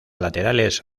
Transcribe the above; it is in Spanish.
laterales